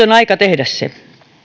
on aika tehdä se